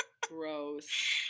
Gross